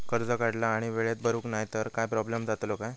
कर्ज काढला आणि वेळेत भरुक नाय तर काय प्रोब्लेम जातलो काय?